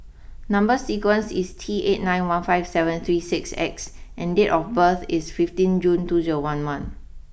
number sequence is T eight nine one five seven three six X and date of birth is fifteen June two zero one one